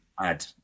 add